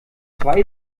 zwei